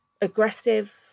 aggressive